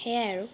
সেয়াই আৰু